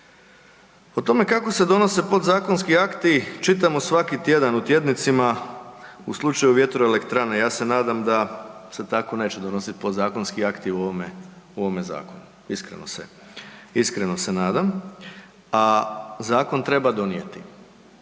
O tome kako se donose podzakonski akti, čitamo svaki tjedan u tjednicima u slučaju vjetroelektrane, ja se nadam se tako neće donositi podzakonski akti u ovome zakonu, iskreno se nadam, a zakon treba donijeti.